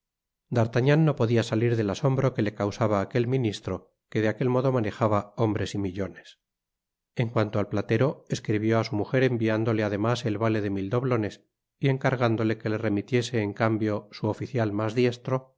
no podia salir del asombro que le causaba aquel ministro que de aquel modo manejaba hombres y millones en cuanto al platero escribió á su mujer enviándole además el vale de mil doblones y encargándole que le remitiese en cambio su oficial mas diestro